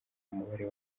umubare